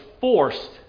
forced